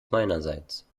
meinerseits